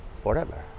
forever